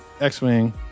X-Wing